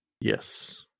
Yes